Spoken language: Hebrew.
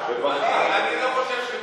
אני לא חושב שפנים.